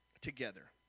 together